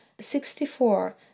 sixty-four